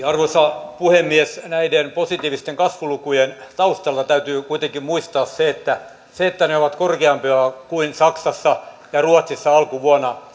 arvoisa puhemies näiden positiivisten kasvulukujen taustalla täytyy kuitenkin muistaa se että syy siihen että ne ovat korkeampia kuin saksassa ja ruotsissa alkuvuonna